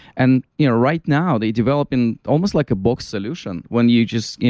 and you know right now they developing almost like a bulk solution. when you just,